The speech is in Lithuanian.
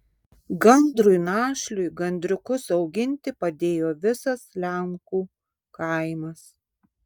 gandrui našliui gandriukus auginti padėjo visas lenkų kaimas